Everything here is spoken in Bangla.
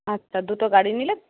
আচ্ছা দুটো গাড়ি নিলে